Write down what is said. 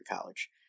College